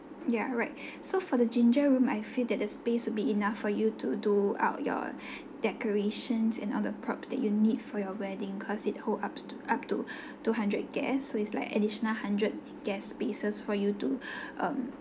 ya right so for the ginger room I feel that the space would be enough for you to do up your decorations and all the props that you need for your wedding cause it holds up to up to two hundred guests so it's like additional hundred guest spaces for you to um